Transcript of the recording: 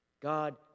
God